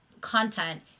content